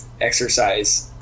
exercise